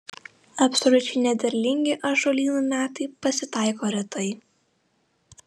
absoliučiai nederlingi ąžuolynų metai pasitaiko retai